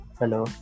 hello